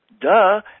Duh